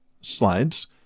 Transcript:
slides